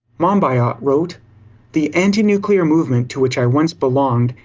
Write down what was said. monbiot wrote the anti-nuclear movement, to which i once belonged,